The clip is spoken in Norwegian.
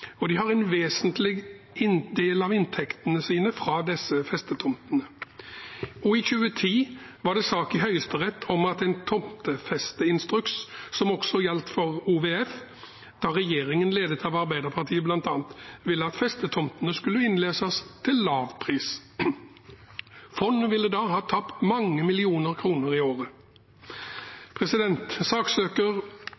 De har en vesentlig del av inntektene sine fra disse festetomtene. I 2010 var det en sak i Høyesterett om en tomtefesteinstruks – som også gjaldt for OVF – da regjeringen, ledet av Arbeiderpartiet, bl.a. ville at festetomtene skulle innløses til lavpris. Fondet ville ha tapt mange millioner kroner i året.